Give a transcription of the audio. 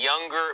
younger